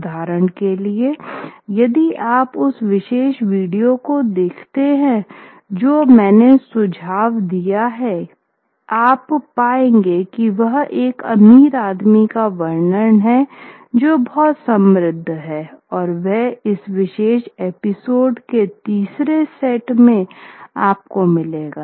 उदाहरण के लिए यदि आप उस विशेष वीडियो को देखते हैं जो मैंने सुझाव दिया है तो आप पाएंगे कि वहां एक अमीर आदमी का वर्णन है जो बहुत समृद्ध है और यह इस विशेष एपिसोड के तीसरे सेट में आपको मिलेगा